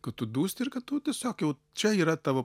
kad tu dūsti ir kad tu tiesiog jau čia yra tavo